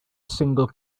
single